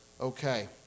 Okay